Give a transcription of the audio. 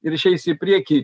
ir išeis į priekį